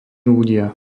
ľudia